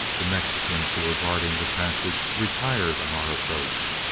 the mexicans who were guarding the passage retired on our approach.